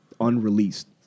unreleased